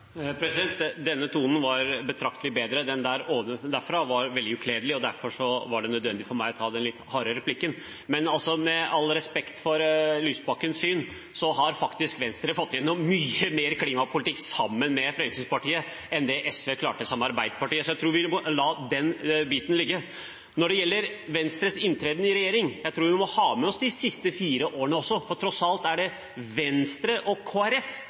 Denne tonen var betraktelig bedre, den ovenfra-og-ned var veldig ukledelig. Derfor var det nødvendig for meg å ta den litt harde replikken. Med all respekt for Lysbakkens syn: Venstre har faktisk fått gjennom mye mer klimapolitikk sammen med Fremskrittspartiet enn det SV klarte sammen med Arbeiderpartiet, så jeg tror vi må la den biten ligge. Når det gjelder Venstres inntreden i regjering: Jeg tror vi må ha med oss også de siste fire årene. Tross alt var det Venstre og